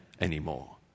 anymore